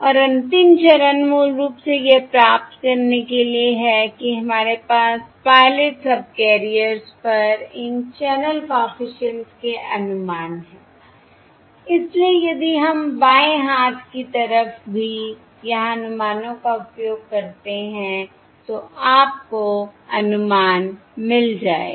और अंतिम चरण मूल रूप से यह प्राप्त करने के लिए है कि हमारे पास पायलट सबकैरियर्स पर इन चैनल कॉफिशिएंट्स के अनुमान हैं इसलिए यदि हम बाएं हाथ की तरफ भी यहां अनुमानों का उपयोग करते हैं तो आपको अनुमान मिल जाएगा